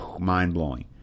mind-blowing